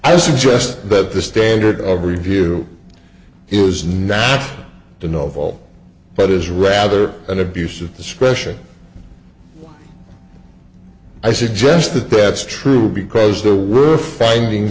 i suggest that the standard of review is not a novel but is rather an abuse of discretion i suggest that that's true because there were finding